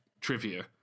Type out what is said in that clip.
trivia